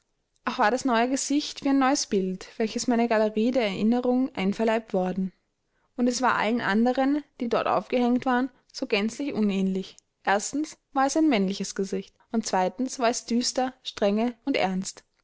auch war das neue gesicht wie ein neues bild welches meiner galerie der erinnerungen einverleibt worden und es war allen anderen die dort aufgehängt waren so gänzlich unähnlich erstens war es ein männliches gesicht und zweitens war es düster strenge und ernst